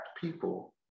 people